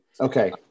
okay